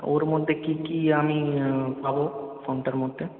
ওর মধ্যে কি কি আমি পাব ফোনটার মধ্যে